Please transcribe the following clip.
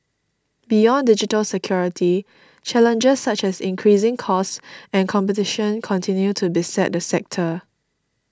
beyond digital security challenges such as increasing costs and competition continue to beset the sector